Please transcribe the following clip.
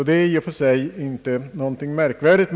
Det är i och för sig ingenting märkvärdigt.